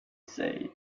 said